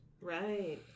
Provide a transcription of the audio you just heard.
right